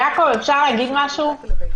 אולי אפשר בסעיף 8,